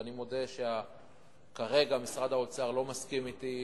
ואני מודה שכרגע משרד האוצר לא מסכים אתי,